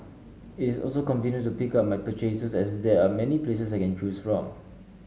it is also convenient to pick up my purchases as there are many places I can choose from